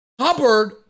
Hubbard